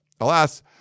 Alas